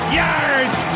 yards